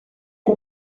com